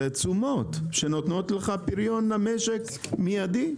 זה תשומות שנותנות לך פריון למשק באופן מיידי.